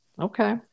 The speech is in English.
Okay